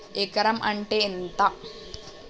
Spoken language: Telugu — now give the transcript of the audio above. ఎకరం అంటే ఎంత?